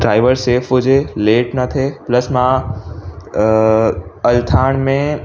driver safe हुजे late न थिए प्लस मां अलथाण में